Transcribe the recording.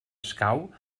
escau